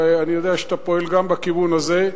ואני יודע שאתה פועל גם בכיוון הזה,